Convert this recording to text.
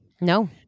No